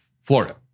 Florida